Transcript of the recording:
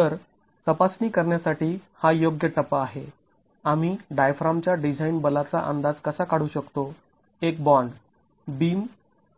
तर तपासणी करण्यासाठी हा योग्य टप्पा आहे आम्ही डायफ्राम च्या डिझाईन बलाचा अंदाज कसा काढू शकतो एक बॉन्ड बीम